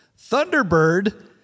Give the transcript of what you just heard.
Thunderbird